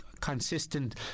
consistent